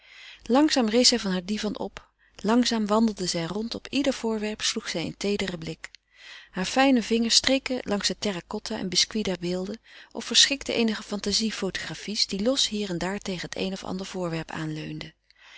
langzaam rees zij van haar divan op langzaam wandelde zij rond op ieder voorwerp sloeg zij een teederen blik hare fijne vingeren streken langs het terra-cotta en biscuit der beelden of verschikten eenige fantazie fotografies die los hier en daar tegen het een of ander voorwerp aan